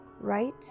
right